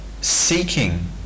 seeking